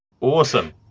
awesome